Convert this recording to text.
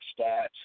stats